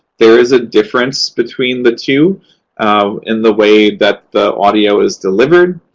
there is a difference between the two um in the way that the audio is delivered,